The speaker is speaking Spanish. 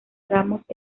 ramos